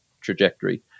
trajectory